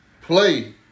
play